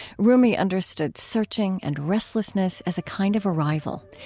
rumi understood searching and restlessness as a kind of arrival.